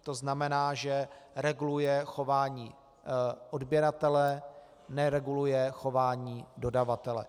To znamená, že reguluje chování odběratele, nereguluje chování dodavatele.